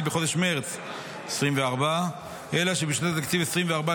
בחודש מרץ 2024. אלא שבשנת התקציב 2024,